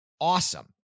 awesome